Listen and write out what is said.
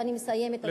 ואני מסיימת,